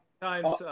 times